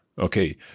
Okay